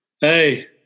Hey